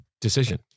decision